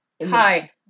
hi